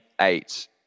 eight